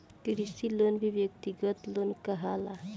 कृषि लोन भी व्यक्तिगत लोन कहाला